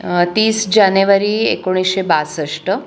तीस जानेवारी एकोणीसशे बासष्ट